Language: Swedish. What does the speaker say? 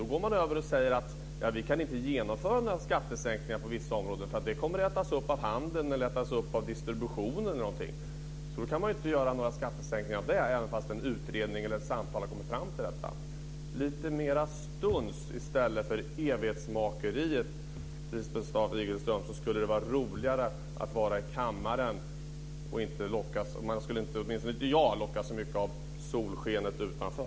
Då går man över till att säga att man inte kan genomföra skattesänkningar på vissa områden därför att de kommer att ätas upp av handeln eller distributionen. Då kan man inte göra skattesänkningar där, trots att man i en utredning eller i samtal har kommit fram till detta. Om vi fick lite mera stuns i stället för evighetsmakeriet, Lisbeth Staaf-Igelström, skulle det vara roligare att vara i kammaren. Åtminstone jag skulle inte lockas så mycket av solskenet utanför.